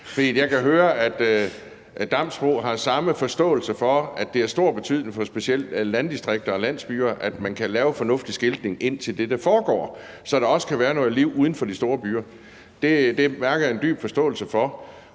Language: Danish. at hr. Lennart Damsbo-Andersen har samme forståelse for, at det er af stor betydning for specielt landdistrikter og landsbyer, at man kan lave fornuftig skiltning ind til det, der foregår, så der også kan være noget liv uden for de store byer. Det mærker jeg en dyb forståelse for.